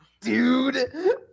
Dude